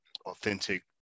authentic